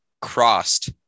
crossed